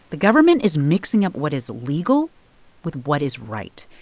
the government is mixing up what is legal with what is right.